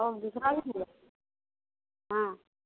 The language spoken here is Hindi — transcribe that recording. और दूसरा भी मिले हाँ